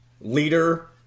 leader